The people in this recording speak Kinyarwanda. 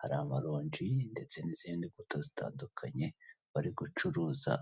hari amaronji ndetse n'izindibuto zitandukanye bari gucuruza.